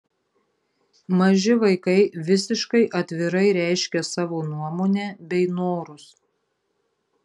maži vaikai visiškai atvirai reiškia savo nuomonę bei norus